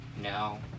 No